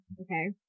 Okay